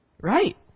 right